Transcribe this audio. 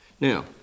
Now